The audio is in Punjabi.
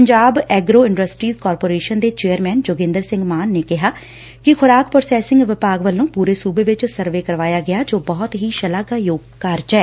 ਪੰਜਾਬ ਐਗਰੋ ਇੰਡਸਟਰੀਜ਼ ਕਾਰਪੋਰੇਸ਼ਨ ਦੇ ਚੇਅਰਮੈਨ ਜੋਗਿੰਦਰ ਸਿੰਘ ਮਾਨ ਨੇ ਕਿਹਾ ਕਿ ਖੁਰਾਕ ਪਾਸੈਸਿੰਗ ਵਿਭਾਗ ਵੱਲੋ ਪੁਰੇ ਸੁਬੇ ਵਿੱਚ ਸਰਵੇ ਕਰਵਾਇਆ ਗਐ ਜੋ ਬਹੁਤ ਹੀ ਸ਼ਲਾਘਾਯੋਗ ਕਾਰਜ ਏ